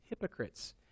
hypocrites